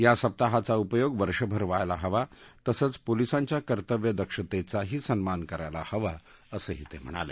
या सप्ताहाचा उपयोग वर्षभर व्हायला हवा तसंच पोलिसांच्या कर्तव्य दक्षतेचाही सन्मान करायला हवा असंही ते म्हणाले